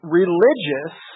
religious